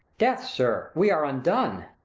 death, sir, we are undone!